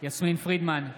יסמין פרידמן,